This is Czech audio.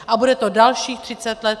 A bude to dalších 30 let.